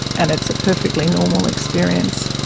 and it's a perfectly normal experience.